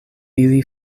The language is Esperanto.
ili